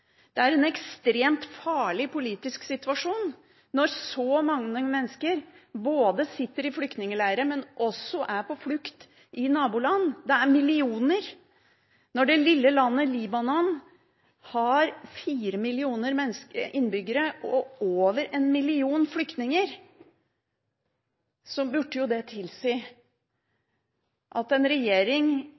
Det er en ekstremt farlig politisk situasjon når så mange mennesker sitter i flyktningleirer og er på flukt i naboland. Det er millioner. Når det lille landet Libanon har fire millioner innbyggere og over en million flyktninger, burde jo det tilsi at en regjering